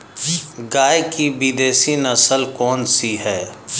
गाय की विदेशी नस्ल कौन सी है?